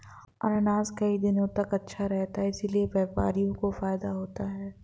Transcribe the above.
अनानास कई दिनों तक अच्छा रहता है इसीलिए व्यापारी को फायदा होता है